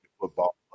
football